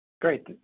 Great